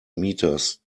meters